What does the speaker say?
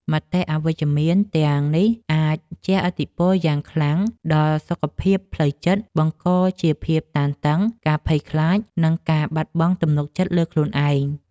មតិអវិជ្ជមានទាំងនេះអាចជះឥទ្ធិពលយ៉ាងខ្លាំងដល់សុខភាពផ្លូវចិត្ត បង្កជាភាពតានតឹង ការភ័យខ្លាច និងការបាត់បង់ទំនុកចិត្តលើខ្លួនឯង។